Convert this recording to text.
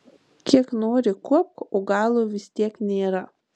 kiek nori kuopk o galo vis tiek nėra